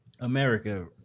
America